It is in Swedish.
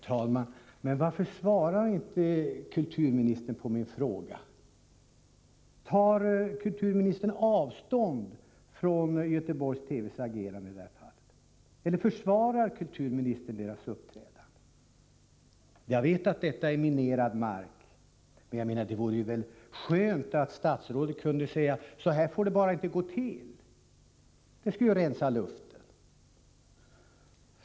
Herr talman! Varför svarar inte kulturministern på min fråga? Tar kulturministern avstånd från Göteborgs-TV:s agerande i det här fallet eller försvarar kulturministern det? Jag vet att det är en minerad mark, men det vore väl skönt om statsrådet kunde säga att så här får det bara inte gå till. Det skulle rensa luften.